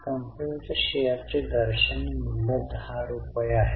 कंपनीच्या शेअर्सचे दर्शनी मूल्य 10 रुपये आहे